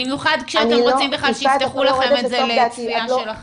במיוחד כשאתם רוצים שיפתחו לכם את זה לצפייה שלכם.